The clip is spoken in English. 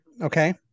okay